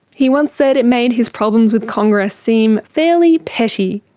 he once said it made his problems with congress seem fairly petty.